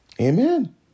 Amen